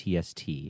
TST